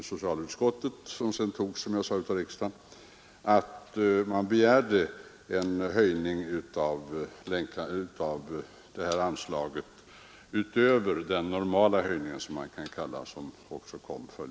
Socialutskottets förslag, som sedan antogs av riksdagen, innebar — såsom redogjorts för här — att man begärde en höjning av anslaget utöver den normala höjningen.